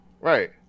right